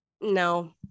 No